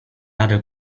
other